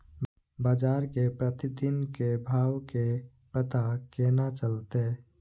बजार के प्रतिदिन के भाव के पता केना चलते?